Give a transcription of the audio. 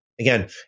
Again